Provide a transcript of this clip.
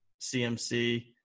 CMC